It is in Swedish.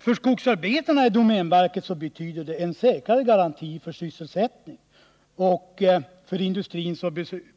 För arbetarna i domänverket betyder det en säkrare garanti för sysselsättningen och för industrin